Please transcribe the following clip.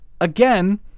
Again